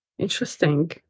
Interesting